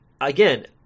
again